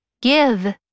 Give